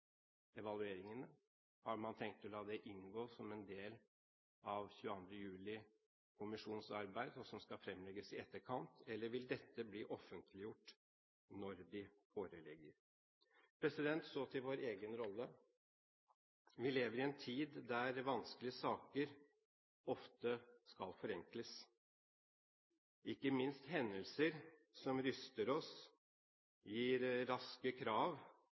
evalueringene? Har man tenkt å la dem inngå som en del av 22. juli-kommisjonens arbeid og fremlegges i etterkant, eller vil de bli offentliggjort når de foreligger? Så til vår egen rolle. Vi lever i en tid der vanskelige saker ofte skal forenkles. Ikke minst hendelser som ryster oss, gir raskt krav